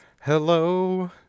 hello